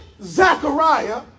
Zechariah